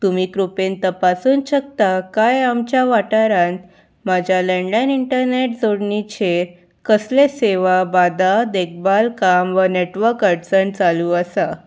तुमी कृपेन तपासून शकता काय आमच्या वाठारांत म्हाज्या लँडलायन इंटरनॅट जोडणीचेर कसले सेवा बादा देखभाल काम वा नॅटवर्क अडचण चालू आसा